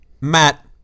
matt